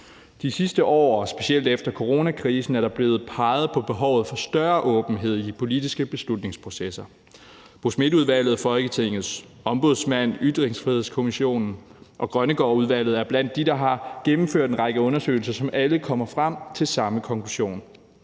De sidste år, specielt efter coronakrisen, er der blevet peget på behovet for større åbenhed i de politiske beslutningsprocesser. Bo Smith-udvalget, Folketingets Ombudsmand, Ytringsfrihedskommissionen og Grønnegårdudvalget er blandt dem, der har gennemført en række undersøgelser, som alle kommer frem til samme konklusion.